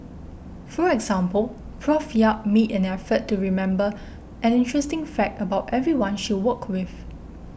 for example Prof Yap made an effort to remember an interesting fact about everyone she worked with